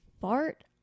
fart